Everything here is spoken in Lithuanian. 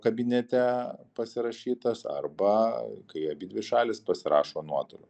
kabinete pasirašytas arba kai abidvi šalys pasirašo nuotoliu